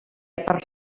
per